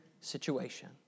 situation